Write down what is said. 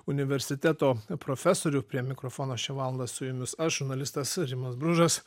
universiteto profesorių prie mikrofono šią valandą su jumis aš žurnalistas rimas bružas